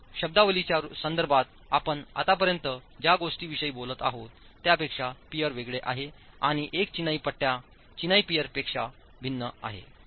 तर शब्दावलीच्या संदर्भात आपण आतापर्यंत ज्या गोष्टीविषयी बोलत आहोत त्यापेक्षा पियर वेगळे आहे आणि एक चिनाई पट्ट्या चिनाई पियर्सपेक्षा भिन्न आहे